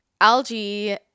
algae